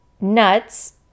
Nuts